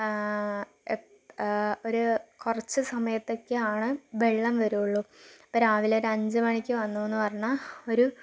ഇപ് ഒര് കുറച്ച് സമയത്തേക്കാണ് വെള്ളം വരുള്ളൂ ഇപ്പോൾ രാവിലെ ഒരു അഞ്ചു മണിക്ക് വന്നുവെന്ന് പറഞ്ഞാൽ ഒരു